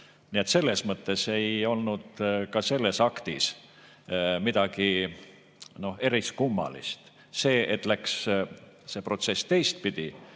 Nii et selles mõttes ei olnud ka selles aktis midagi eriskummalist. See, et protsess läks teistpidi,